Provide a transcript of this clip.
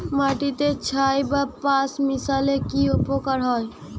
মাটিতে ছাই বা পাঁশ মিশালে কি উপকার হয়?